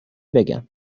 بگم